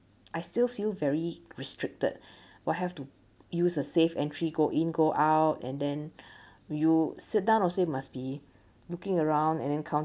I still feel very restricted will have to use a safe entry go in go out and then you sit down also you must be looking around and then coun~